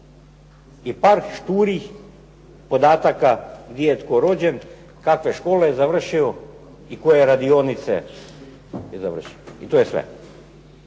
I par šturih podataka, gdje je tko rođen, kakve škole je završio i koje radionice je završio. I to je sve.